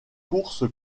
course